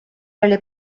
oli